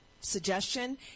suggestion